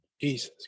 Jesus